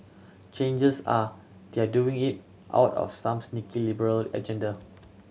changes are they are doing it out of some sneaky liberal agenda